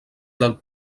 del